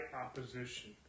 opposition